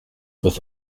with